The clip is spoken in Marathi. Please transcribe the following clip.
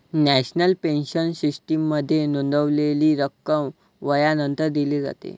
नॅशनल पेन्शन सिस्टीममध्ये नोंदवलेली रक्कम वयानंतर दिली जाते